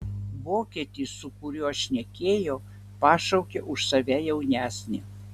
vokietis su kuriuo šnekėjo pašaukė už save jaunesnį